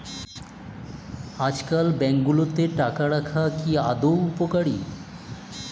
আজকাল ব্যাঙ্কগুলোতে টাকা রাখা কি আদৌ উপকারী?